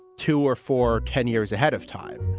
two or four, ten years ahead of time.